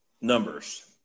numbers